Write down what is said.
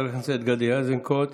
לחבר הכנסת גדי איזנקוט.